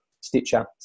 stitcher